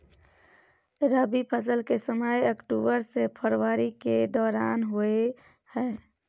रबी फसल के समय अक्टूबर से फरवरी के दौरान होय हय